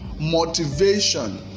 motivation